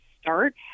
start